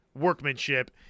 workmanship